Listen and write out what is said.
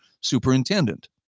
superintendent